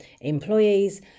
employees